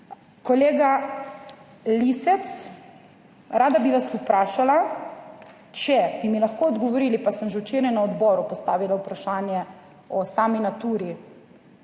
Kolega Lisec, rada bi vas vprašala, če bi mi lahko odgovorili, pa sem že včeraj na odboru postavila vprašanje o sami Naturi